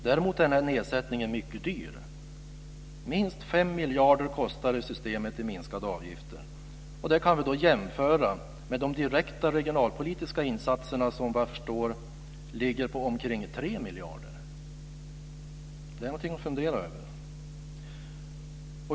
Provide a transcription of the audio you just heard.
Däremot är denna nedsättning mycket dyr. Minst 5 miljarder kostar det systemet i minskade avgifter. Det kan vi jämföra med de direkta regionalpolitiska insatser som ligger på omkring 3 miljarder. Det är någonting att fundera över.